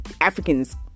Africans